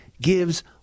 gives